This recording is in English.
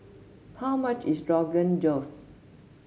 how much is Rogan Josh